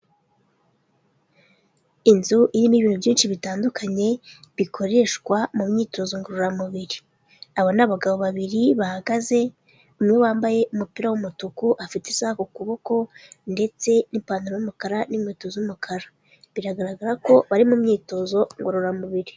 Inzu irimo ibintu byinshi bitandukanye bikoreshwa mu myitozo ngororamubiri, abo ni abagabo babiri bahagaze, umwe wambaye umupira w'umutuku afite isaha ku kuboko ndetse n'ipantaro y'umukara n'inkweto z'umukara, biragaragara ko bari mu myitozo ngororamubiri.